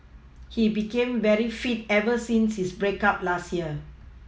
he became very fit ever since his break up last year